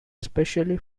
especially